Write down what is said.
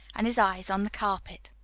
and his eyes on the carpet.